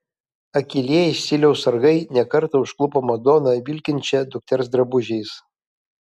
akylieji stiliaus sargai ne kartą užklupo madoną vilkinčią dukters drabužiais